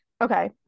okay